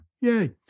Yay